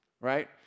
Right